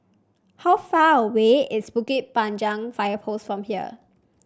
how far away is Bukit Panjang Fire Post from here